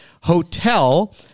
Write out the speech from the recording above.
Hotel